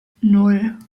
nan